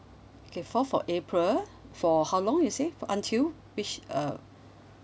okay fourth of april for how long you say until which uh